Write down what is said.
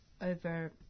over